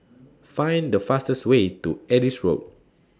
Find The fastest Way to Adis Road